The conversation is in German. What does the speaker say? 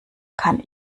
kann